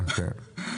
כן.